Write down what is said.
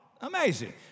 Amazing